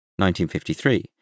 1953